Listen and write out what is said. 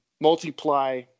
multiply